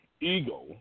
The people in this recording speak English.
ego